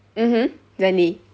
mmhmm really